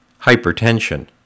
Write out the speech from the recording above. Hypertension